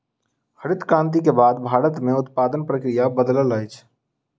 हरित क्रांति के बाद भारत में उत्पादन प्रक्रिया बदलल अछि